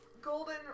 golden